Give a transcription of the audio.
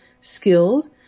skilled